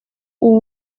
ubu